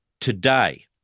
today